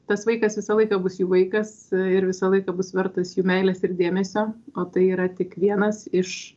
tas vaikas visą laiką bus jų vaikas ir visą laiką bus vertas jų meilės ir dėmesio o tai yra tik vienas iš